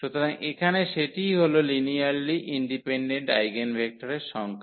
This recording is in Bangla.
সুতরাং এখানে সেটিই হল লিনিয়ারলি ইন্ডিপেন্ডেন্ট আইগেনভেক্টরের সংখ্যা